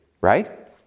Right